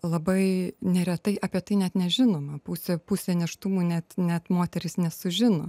labai neretai apie tai net nežinome pusė pusė nėštumų net net moterys nesužino